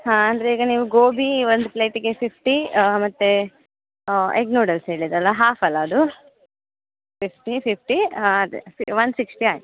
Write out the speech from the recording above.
ಹಾಂ ಅಂದರೆ ಈಗ ನೀವು ಗೋಬಿ ಒಂದು ಪ್ಲೇಟಿಗೆ ಫಿಫ್ಟಿ ಮತ್ತೆ ಹಾಂ ಎಗ್ ನೂಡಲ್ಸ್ ಹೇಳಿದ್ದಲ್ಲ ಹಾಫ್ ಅಲ್ವ ಅದು ಫಿಫ್ಟಿ ಫಿಫ್ಟಿ ಹಾಂ ಅದೇ ಫಿ ವನ್ ಸಿಕ್ಶ್ಟಿ ಆಯ್ತು